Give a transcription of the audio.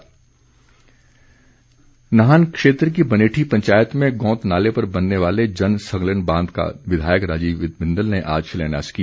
शिलान्यास बिंदल नाहन क्षेत्र की बनेठी पंचायत में गौंत नाले पर बनने वाले जल संग्रहण बांध का विधायक राजीव बिंदल ने आज शिलान्यास किया